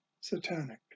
Satanic